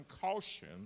caution